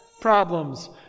problems